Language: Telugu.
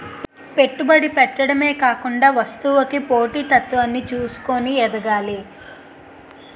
పెట్టుబడి పెట్టడమే కాకుండా వస్తువుకి పోటీ తత్వాన్ని చూసుకొని ఎదగాలి